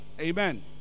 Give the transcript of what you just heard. Amen